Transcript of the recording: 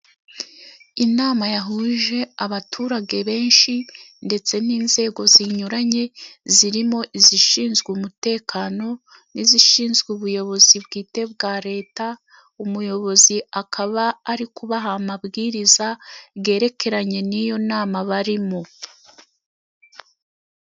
Inama yahuje abaturage benshi ndetse n'inzego zinyuranye, zirimo izishinzwe umutekano n'izishinzwe ubuyobozi bwite bwa Leta. Umuyobozi akaba ari kubaha amabwiriza yerekeranye n'iyo nama barimo.